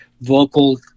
vocal